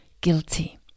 guilty